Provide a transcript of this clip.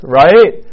right